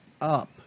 up